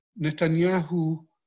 Netanyahu